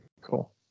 Cool